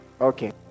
Okay